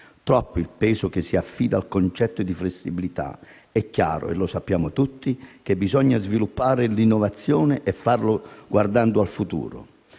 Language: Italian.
Troppo è il peso che si affida al concetto di flessibilità. È chiaro - e lo sappiamo tutti - che bisogna sviluppare l'innovazione e farlo guardando al futuro.